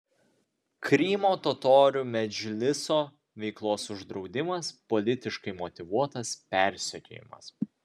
krymo totorių medžliso veiklos uždraudimas politiškai motyvuotas persekiojimas